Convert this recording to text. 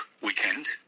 weekend